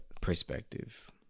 perspective